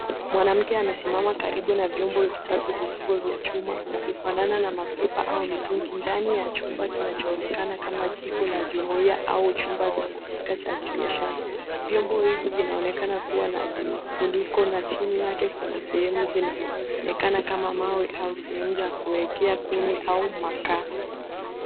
Mwanamke amesimama karibu na vyombo vitatu vikubwa vya chuma vinavyo fanana na mapipa au mitungi ndani ya chumba kinacho onekana kama jiko la jumuia au chumba cha kupika cha kibiashara. Vyombo hivi vinaonekana kuwa na vifuniko na chini yake kuna sehemu zinaonekana kama mawe au sehemu za kuwekea kuni au makaa.